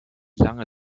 lange